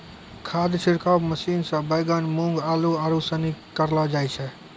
खाद छिड़काव मशीन से बैगन, मूँग, आलू, आरू सनी करलो जाय छै